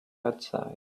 outside